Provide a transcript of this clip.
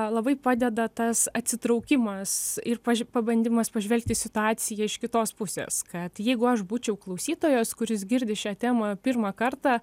labai padeda tas atsitraukimas ir paž pabandymas pažvelgti į situaciją iš kitos pusės kad jeigu aš būčiau klausytojas kuris girdi šią temą pirmą kartą